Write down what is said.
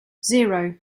zero